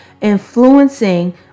influencing